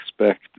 expect